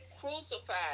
crucified